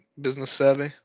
business-savvy